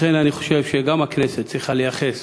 לכן, אני חושב שגם הכנסת צריכה לייחס